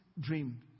dream